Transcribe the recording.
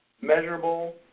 Measurable